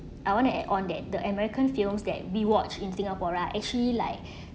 I want to add on that the american films that we watch in singapore are actually like